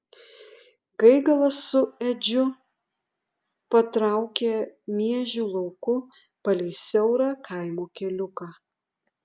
gaigalas su edžiu patraukė miežių lauku palei siaurą kaimo keliuką